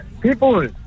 People